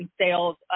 sales